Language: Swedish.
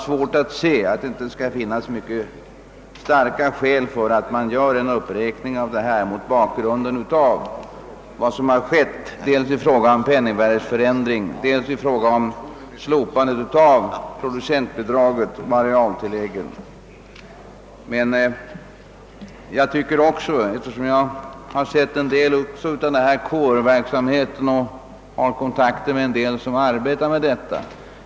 Såvitt jag ser finns det mycket starka skäl för att man gör en uppräkning av det extra mjölkpristillägget mot bakgrund av vad som skett dels i fråga om penningvärdeförändringen, dels i fråga om slopandet av producentbidraget och arealtilllägget. Jag har sett något av KR-verksamheten och haft kontakt med en del som arbetar med den.